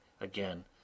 again